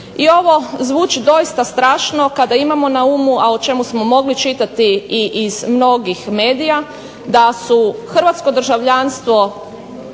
a ovo zvuči doista strašno kada imamo na umu a o čemu smo mogli čitati iz mnogih medija da su hrvatsko državljanstvo